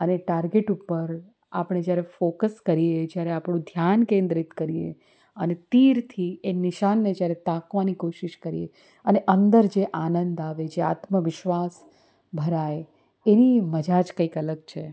અને ટાર્ગેટ ઉપર આપણે જ્યારે ફોકસ કરીએ જ્યારે આપણું ધ્યાન કેન્દ્રિત કરીએ અને તીરથી એ નિશાનને જ્યારે તાકવાની કોશિશ કરીએ અને અંદર જે આનંદ આવે જે આત્મ વિશ્વાસ ભરાય એની મજા જ કંઈક અલગ છે